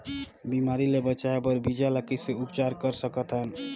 बिमारी ले बचाय बर बीजा ल कइसे उपचार कर सकत हन?